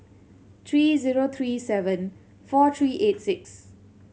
three zero three seven four three eight six